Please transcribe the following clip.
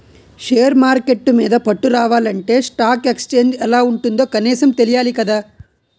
share market మీద పట్టు రావాలంటే స్టాక్ ఎక్సేంజ్ ఎలా ఉంటుందో కనీసం తెలియాలి కదా